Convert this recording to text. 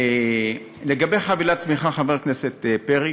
לגבי חבילת צמיחה, חבר הכנסת פרי,